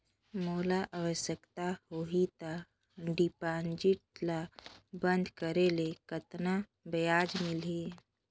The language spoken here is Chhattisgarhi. मोला आवश्यकता होही त डिपॉजिट ल बंद करे ले कतना ब्याज मिलही?